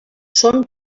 són